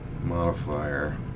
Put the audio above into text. Modifier